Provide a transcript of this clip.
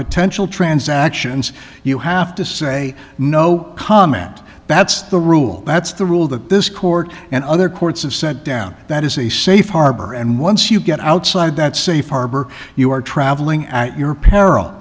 potential transactions you have to say no comment that's the rule that's the rule that this court and other courts have sent down that is a safe harbor and once you get outside that safe harbor you are traveling at your p